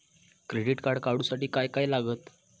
Credit card काढूसाठी काय काय लागत?